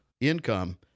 income